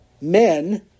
men